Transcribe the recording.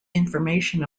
information